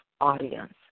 audience